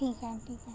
ठीक आहे ठीक आहे